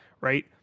right